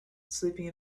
sleeping